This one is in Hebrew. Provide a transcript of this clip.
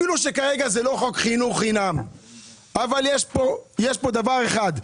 אפילו שכרגע זה לא חוק חינוך חינם אבל יש פה דבר אחד.